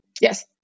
Yes